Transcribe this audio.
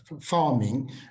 farming